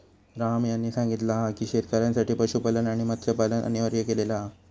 राम यांनी सांगितला हा की शेतकऱ्यांसाठी पशुपालन आणि मत्स्यपालन अनिवार्य केलेला हा